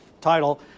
title